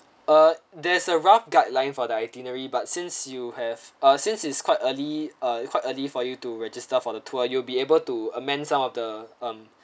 uh there's a rough guideline for the itinerary but since you have ah since it's quite early ah quite early for you to register for the tour you will be able to amend some of the um